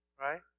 Right